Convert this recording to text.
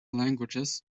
languages